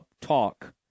talk